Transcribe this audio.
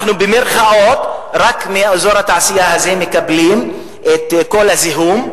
אנחנו מאזור התעשייה הזה מקבלים רק את כל הזיהום,